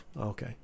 Okay